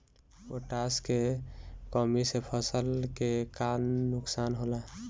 Potash के कमी से फसल के का नुकसान होला?